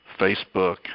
Facebook